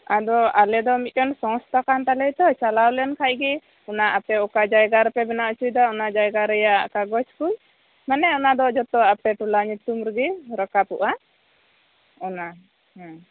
ᱟᱫᱚ ᱟᱞᱮ ᱫᱚ ᱢᱤᱫᱴᱮᱱ ᱥᱚᱝᱥᱛᱟ ᱠᱟᱱ ᱛᱟᱞᱮᱭᱟ ᱛᱚ ᱪᱟᱞᱟᱣ ᱞᱮᱱ ᱠᱷᱟᱡ ᱜᱮ ᱚᱱᱟ ᱟᱯᱮ ᱚᱠᱟ ᱡᱟᱭᱜᱟ ᱨᱮᱯᱮ ᱵᱮᱱᱟᱣ ᱚᱪᱚᱭᱮᱫᱟ ᱚᱱᱟ ᱡᱟᱭᱜᱟ ᱨᱮᱭᱟᱜ ᱠᱟᱜᱚᱡᱽ ᱠᱚ ᱢᱟᱱᱮ ᱚᱱᱟ ᱫᱚ ᱡᱷᱚᱛᱚ ᱟᱯᱮ ᱴᱚᱞᱟ ᱧᱩᱛᱩᱢ ᱨᱮᱜᱮ ᱨᱟᱠᱟᱯᱚᱜᱼᱟ ᱚᱱᱟ ᱦᱮᱸ